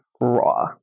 raw